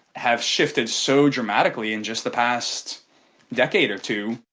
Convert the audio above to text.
have shifted so dramatically in just the past decade or two,